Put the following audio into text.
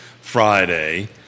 Friday